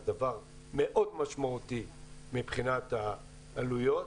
זה דבר מאוד משמעותי מבחינת העלויות.